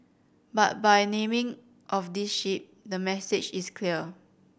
but by naming of this ship the message is clear